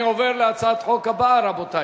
אני עובר להצעת החוק הבאה, רבותי.